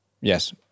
yes